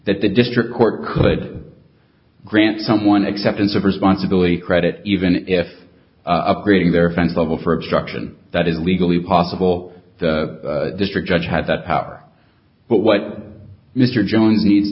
that the district court could grant someone acceptance of responsibility credit even if upgrading their offense level for obstruction that is legally possible the district judge had that power but what mr jones needs